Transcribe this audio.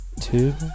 two